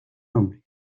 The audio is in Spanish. nombre